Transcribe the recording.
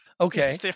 Okay